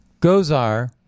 Gozar